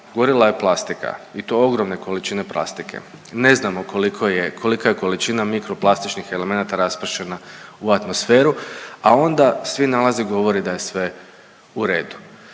Gorila je plastika i to ogromne količine plastike, ne znamo koliko je, kolika je količina mikroplastičnih elemenata raspršena u atmosferu, a onda svi nalazi govore da je sve u redu.